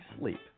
sleep